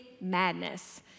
madness